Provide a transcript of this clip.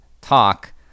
talk